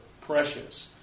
precious